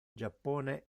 giappone